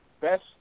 best